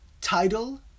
title